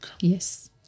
Yes